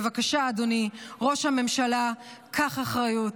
בבקשה, אדוני ראש הממשלה, קח אחריות.